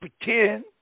pretend